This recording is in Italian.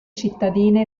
cittadine